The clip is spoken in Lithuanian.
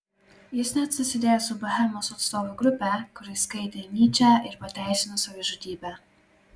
jis net susidėjo su bohemos atstovų grupe kuri skaitė nyčę ir pateisino savižudybę